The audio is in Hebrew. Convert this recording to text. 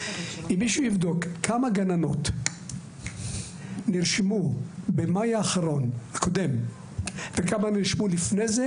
אם מישהו יבדוק כמה גננות נרשמו במאי האחרון וכמה נרשמו לפני זה,